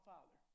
Father